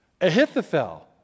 Ahithophel